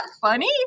funny